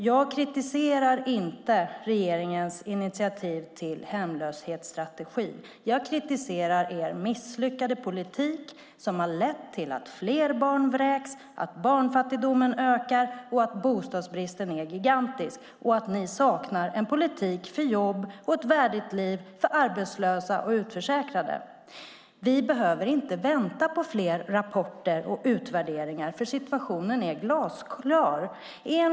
Jag kritiserar inte regeringens initiativ till hemlöshetsstrategi. Jag kritiserar er misslyckade politik som har lett till att fler barn vräks, att barnfattigdomen ökar och att bostadsbristen är gigantisk. Ni saknar en politik för jobb och ett värdigt liv för arbetslösa och utförsäkrade. Vi behöver inte vänta på fler rapporter och utvärderingar, för situationen är glasklar.